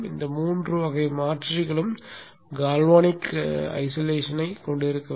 இந்த மூன்று வகை மாற்றிகளும் கால்வனிக் தனிமைப்படுத்தலைக் கொண்டிருக்கவில்லை